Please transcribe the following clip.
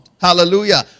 Hallelujah